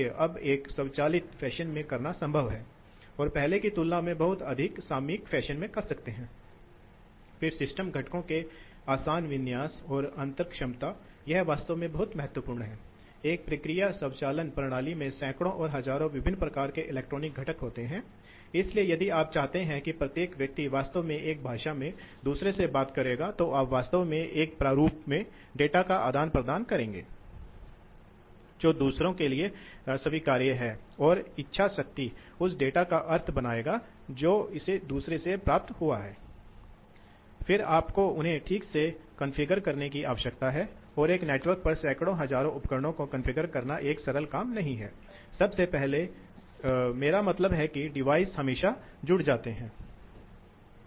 तो यह अक्ष Q है ठीक है और यह पानी के स्तंभ के इंच में कुल दबाव है इसलिए मूल रूप से यह दबाव या P है अब इसलिए आप देखते हैं पंखे की विशेषता का हिस्सा दिखाया गया है और आप देखें कि वक्रों के एक परिवार को दिखाया गया है इसलिए ये वक्रों के परिवार क्या हैं इसलिए मूल रूप से विभिन्न ऑपरेटिंग बिंदु उदाहरण के लिए यदि आप इन निरंतर रेखाओं को देखते हैं तो मैं इसे यहां खींचूंगा इसलिए उदाहरण के लिए ये रेखा यह इस संख्या 500 से शुरू होता है और यहां इसे RPM लिखा जाता है इसलिए इसका अर्थ है कि यह है यदि पंखा को 500 RPM पर घुमाने के लिए बनाया गया है तो दबाव प्रवाह की विशेषता इस वक्र का पालन करेगी